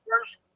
first